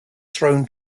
thrown